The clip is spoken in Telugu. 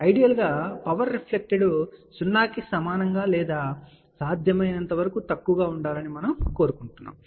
ఐడియల్గా పవర్ రిఫ్లెక్టెడ్ 0 కి సమానంగా లేదా సాధ్యమైనంత తక్కువగా ఉండాలని మనం కోరుకుంటున్నాము